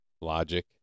logic